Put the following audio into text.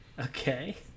Okay